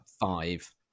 five